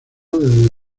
desde